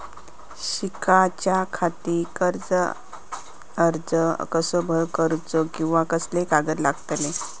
शिकाच्याखाती कर्ज अर्ज कसो करुचो कीवा कसले कागद लागतले?